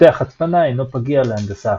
מפתח הצפנה אינו פגיע להנדסה הפוכה.